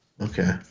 Okay